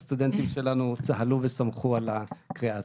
הסטודנטים שלנו צהלו ושמחו על הקריאה הטרומית,